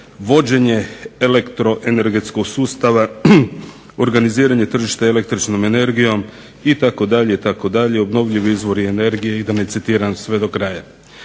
vođenje elektroenergetskog sustava, organiziranje tržišta električnom energijom itd., obnovljivi izvori energije i da ne citiram sve do kraja.